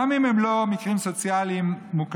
גם אם הם לא מקרים סוציאליים מוכרים.